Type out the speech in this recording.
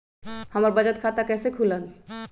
हमर बचत खाता कैसे खुलत?